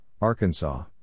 Arkansas